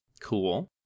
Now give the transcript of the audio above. Cool